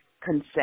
consent